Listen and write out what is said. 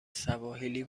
سواحیلی